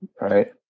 Right